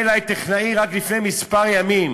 רק לפני כמה ימים